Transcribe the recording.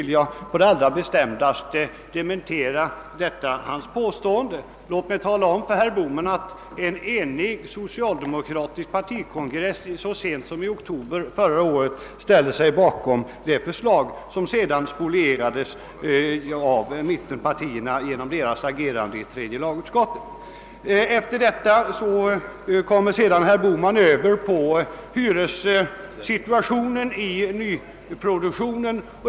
Låt mig tala om för herr Bohman att en enig socialdemokratisk partikongress så sent som i oktober förra året ställde sig bakom det förslag som sedan spolierades av mittenpartierna genom deras agerande i tredje lagutskottet. Herr Bohman kom sedan över på hyressituationen i nyproduktionen.